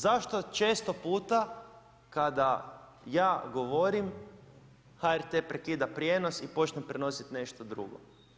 Zašto često puta kada ja govorim HRT-e prekida prijenos i počne prenositi nešto drugo?